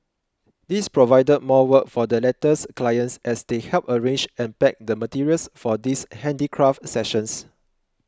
this provided more work for the latter's clients as they helped arrange and pack the materials for these handicraft sessions